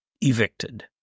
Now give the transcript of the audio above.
evicted